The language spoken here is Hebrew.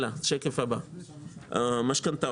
השקף הבא: משכנתאות.